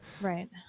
Right